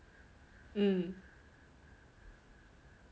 mm